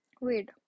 wait